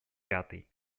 пятый